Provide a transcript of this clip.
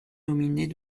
nominés